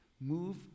move